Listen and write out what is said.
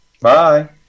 bye